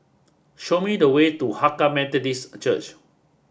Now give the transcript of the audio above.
show me the way to Hakka Methodist Church